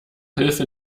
hilfe